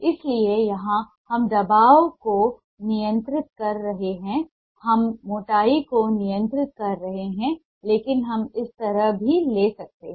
इसलिए यहां हम दबाव को नियंत्रित कर रहे हैं हम मोटाई को नियंत्रित कर रहे हैं लेकिन हम इस तरह भी ले सकते हैं